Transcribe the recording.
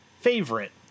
Favorite